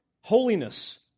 holiness